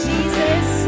Jesus